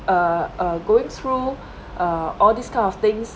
uh uh going through uh all these kind of things